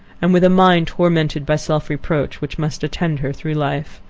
and with a mind tormented by self-reproach, which must attend her through life.